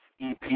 EP